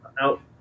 out